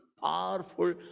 powerful